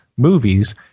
movies